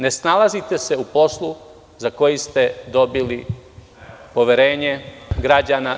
Ne snalazite se u poslu za koji ste dobili poverenje građana…